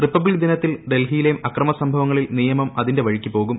republic ദിനത്തിൽ ഡൽഹിയിലെ അക്രമസംഭവങ്ങളിൽ നിയമം അതിന്റെ വഴിക്ക് പോകും